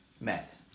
met